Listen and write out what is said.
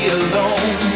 alone